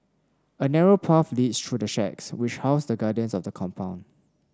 a narrow path leads through the shacks which house the guardians of the compound